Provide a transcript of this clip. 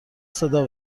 صدا